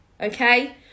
okay